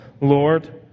Lord